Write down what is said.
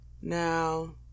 Now